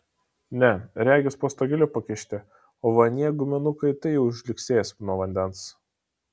ne regis po stogeliu pakišti o va anie guminukai tai jau žliugsės nuo vandens